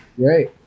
Great